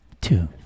two